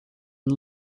and